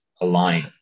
align